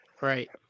right